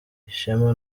ishema